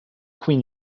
queen